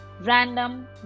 random